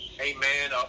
Amen